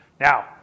Now